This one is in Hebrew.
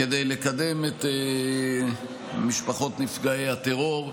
כדי לקדם את משפחות נפגעי הטרור.